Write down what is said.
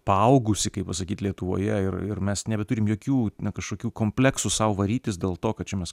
paaugusi kaip pasakyt lietuvoje ir ir mes nebeturim jokių na kažkokių kompleksų sau varytis dėl to kad čia mes